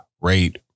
rate